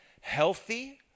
healthy